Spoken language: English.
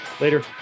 Later